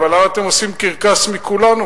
אבל למה אתם עושים קרקס מכולנו?